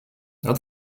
not